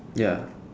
ya